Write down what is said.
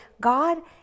God